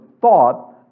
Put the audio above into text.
thought